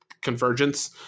Convergence